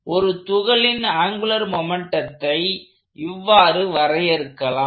ஒரு துகளின் ஆங்குலர் மொமெண்ட்டத்தை இவ்வாறு வரையறுக்கலாம்